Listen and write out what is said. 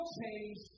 change